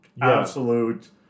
absolute